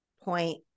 Point